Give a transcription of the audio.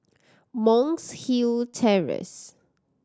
Monk's Hill Terrace